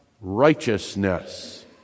righteousness